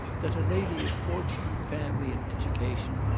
that a lady of fortune, family, and education,